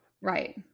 Right